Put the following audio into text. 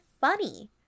funny